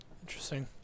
Interesting